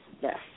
Yes